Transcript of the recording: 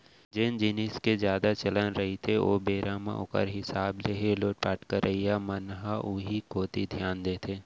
जेन जिनिस के जादा चलन रहिथे ओ बेरा म ओखर हिसाब ले ही लुटपाट करइया मन ह उही कोती धियान देथे